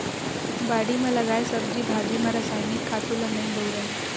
बाड़ी म लगाए सब्जी भाजी म रसायनिक खातू ल नइ बउरय